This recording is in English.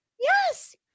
Yes